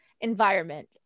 environment